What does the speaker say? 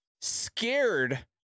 scared